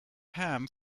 ham